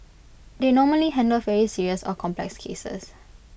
they normally handle very serious or complex cases